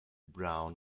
brown